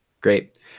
Great